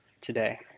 today